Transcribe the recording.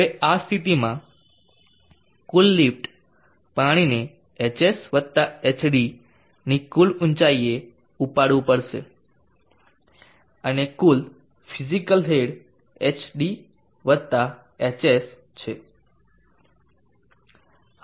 હવે આ સ્થિતિમાં કુલ લિફ્ટ પાણીને hs hd ની કુલ ઊંચાઇએ ઉપાડવું પડશે અને કુલ ફીઝીકલ હેડ hd hs છે